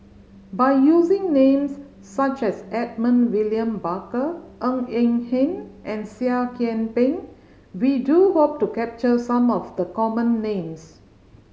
by using names such as Edmund William Barker Ng Eng Hen and Seah Kian Peng we do hope to capture some of the common names